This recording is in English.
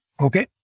Okay